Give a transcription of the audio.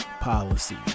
policy